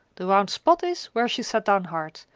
the round spot is where she sat down hard,